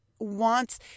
wants